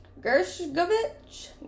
Gershkovich